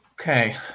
Okay